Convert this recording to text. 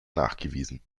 nachgewiesen